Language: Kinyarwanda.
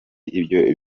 ibyo